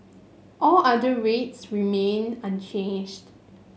all other rates remain unchanged